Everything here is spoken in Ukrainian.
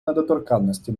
недоторканності